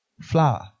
flower